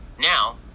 now